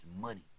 money